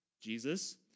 Jesus